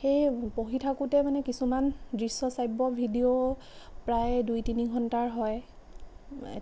সেই পঢ়ি থাকোঁতে মানে কিছুমান দৃশ্য় শ্ৰাৱ্য় ভিডিঅ' প্ৰায় দুই তিনি ঘণ্টাৰ হয়